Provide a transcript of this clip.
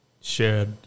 shared